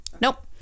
Nope